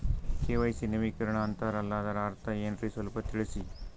KYC ನವೀಕರಣ ಅಂತಾರಲ್ಲ ಅದರ ಅರ್ಥ ಏನ್ರಿ ಸ್ವಲ್ಪ ತಿಳಸಿ?